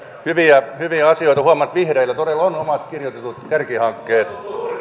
hyviä asioita huomaa että vihreillä todella on omat kirjoitetut kärkihankkeet